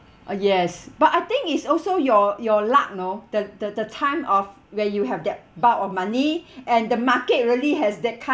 uh yes but I think it's also your your luck no the the the time of where you have that bulk of money and the market really has that kind